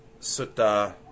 Sutta